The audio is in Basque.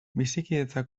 bizikidetza